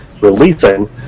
releasing